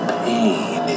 pain